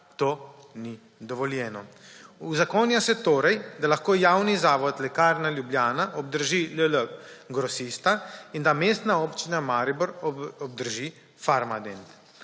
to ni dovoljeno. Uzakonja se torej, da lahko javni zavod Lekarna Ljubljana obdrži LL Grosista in da Mestna občina Maribor obdrži Farmadent.